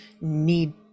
need